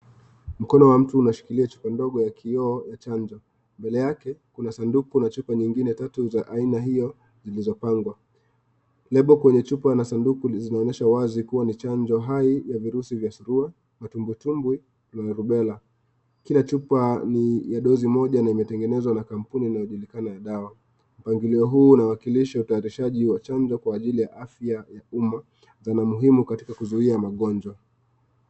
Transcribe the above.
Mkono wa mtu unashikilia chupa ndogo ya kioo ya chanjo, mbele yake kuna sanduku na chupa zingine tatu za aina hiyo zilizopangwa. Nembo kwenye chupa na sanduku inaonyesha wazi kuwa ni chanjo hai ya virusi ya surua, matumbutumbwi na rubella. Kila chupa ni ya dozi moja na imetengenezwa na kampuni inayojulikana ya dawa. Mpangilio huu unawakilisha utajirishaji wa chanjo kwa ajili ya afya ya umma umuhimu katika kuzuia magonjwa.